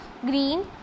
green